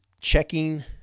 checking